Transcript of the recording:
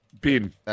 Bin